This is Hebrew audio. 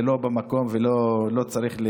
זה לא במקום ולא צריך,